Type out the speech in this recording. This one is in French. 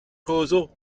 roseaux